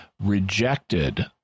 rejected